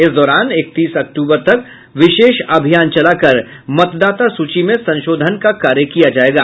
इस दौरान इकतीस अक्टूबर तक विशेष अभियान चलाकर मतदाता सूची में संशोधन का कार्य किया जायेगा